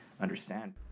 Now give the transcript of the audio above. understand